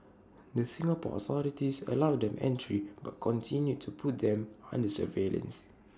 the Singapore authorities allowed them entry but continued to put them under surveillance